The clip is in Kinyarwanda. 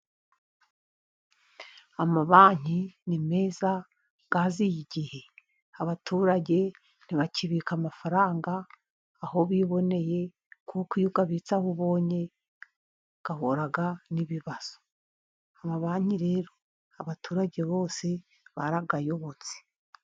Amabanki ni meza, yaziye igihe. Abaturage ntibakibika amafaranga aho biboneye, kuko iyo uyabitse aho ubonye ahura n’ibibazo. Amabanki rero, abaturage bose barayayobotse.